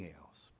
else